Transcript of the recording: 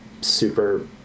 super